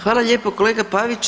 Hvala lijepo kolega Pavić.